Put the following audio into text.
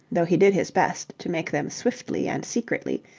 though he did his best to make them swiftly and secretly,